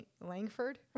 Langford